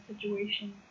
situation